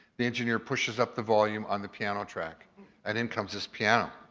the engineer pushes up the volume on the piano track and in comes this piano.